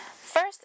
First